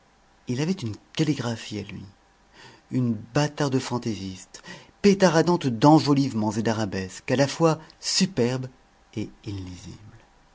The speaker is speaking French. il avait une calligraphie à lui une bâtarde fantaisiste pétaradante d'enjolivements et d'arabesques à la fois superbe et illisible